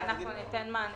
ואנחנו ניתן מענה.